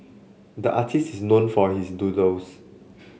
the artists is known for his doodles